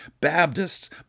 Baptists